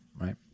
right